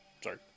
Sorry